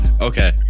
Okay